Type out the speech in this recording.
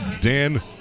Dan